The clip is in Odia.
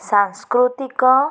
ସାଂସ୍କୃତିକ